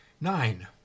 Nine